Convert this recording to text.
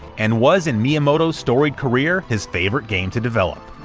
and was in miyamoto's storied career, his favorite game to develop.